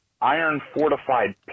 Iron-fortified